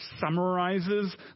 summarizes